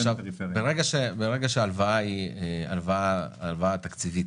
ברגע שההלוואה היא הלוואה תקציבית,